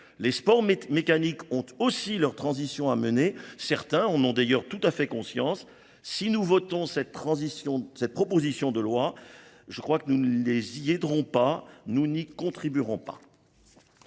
Les sports mécaniques ont aussi leur transition à mener. Certains en ont d'ailleurs tout à fait conscience. Si nous votons cette proposition de loi, je crois que nous ne les y aiderons pas. Nous n'y contribuerons pas.